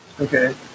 Okay